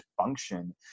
function